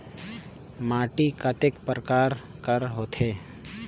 माटी कतेक परकार कर होथे?